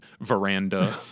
veranda